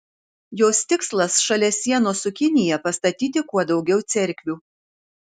jos tikslas šalia sienos su kinija pastatyti kuo daugiau cerkvių